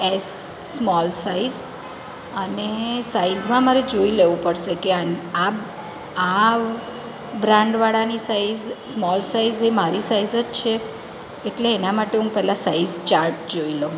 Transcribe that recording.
S small size અને સાઇઝમાં મારે જોઈ લેવું પડશે કે આ આ બ્રાન્ડવાળાની સાઇઝ સ્મોલ સાઇઝ એ મારી સાઇઝ જ છે એટલે એના માટે હું પહેલાં સાઇઝ ચાર્ટ જોઈ લઉં